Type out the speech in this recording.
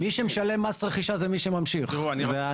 מי שמשלם מס רכישה זה בעצם מי שממשיך, הנכנס.